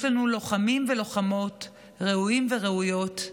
יש לנו לוחמים ולוחמות ראויים וראויות,